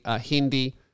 Hindi